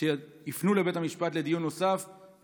שיפנו לבית המשפט לדיון נוסף,